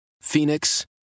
Phoenix